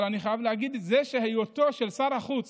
אבל אני חייב להגיד שהיותו של שר החוץ